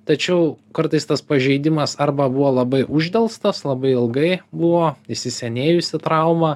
tačiau kartais tas pažeidimas arba buvo labai uždelstas labai ilgai buvo įsisenėjusi trauma